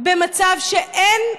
במצב שאין,